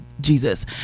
Jesus